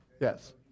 yes